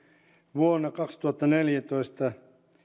vuonna kaksituhattaneljätoista